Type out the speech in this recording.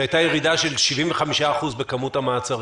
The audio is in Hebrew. שהייתה ירידה של 75% בכמות המעצרים.